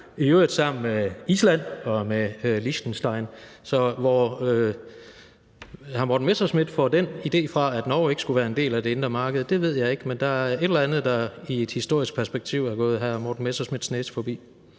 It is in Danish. i øvrigt sammen med Island og Liechtenstein. Så hvor hr. Morten Messerschmidt får den idé fra, at Norge ikke skulle være en del af det indre marked, ved jeg ikke. Men der er et eller andet, der i et historisk perspektiv er gået hr. Morten Messerschmidts næse forbi.